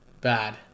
Bad